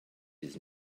his